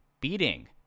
beating